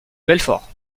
belfort